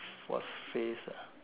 what phrase ah